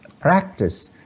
practice